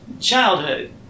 childhood